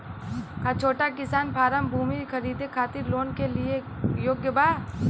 का छोटा किसान फारम भूमि खरीदे खातिर लोन के लिए योग्य बा?